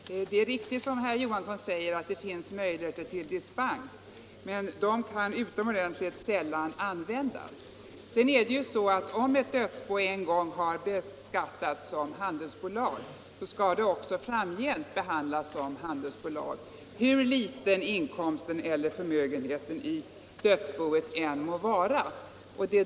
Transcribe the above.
Herr talman! Det är riktigt, som herr Johansson i Jönköping säger, att det finns möjligheter till dispens, men dessa kan utomordentligt sällan användas. Dessutom är det så att om ett dödsbo en gång har beskattats som handelsbolag, skall det även framgent beskattas som handelsbolag, hur liten inkomsten eller förmögenheten i dödsboet än må vara.